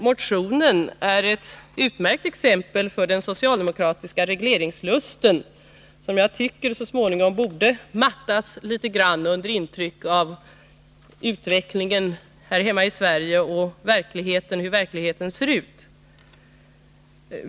Motionen är ett utmärkt exempel på den socialdemokratiska regleringslusten, som jag tycker så småningom borde mattas litet grand under intryck av utvecklingen här hemma i Sverige och över huvud taget av hur verkligheten ser ut.